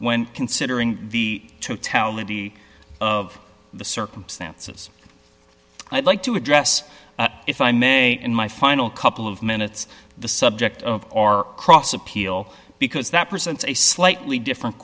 when considering the totality of the circumstances i'd like to address if i may in my final couple of minutes the subject of our cross appeal because that presents a slightly different